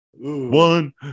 one